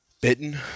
bitten